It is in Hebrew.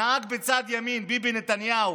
הנהג בצד ימין, ביבי נתניהו,